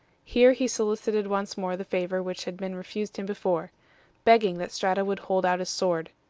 here he solicited once more the favor which had been refused him before begging that strato would hold out his sword.